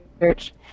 research